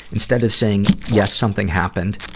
instead of saying yes, something happened,